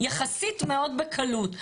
יחסית מאוד בקלות.